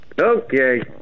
Okay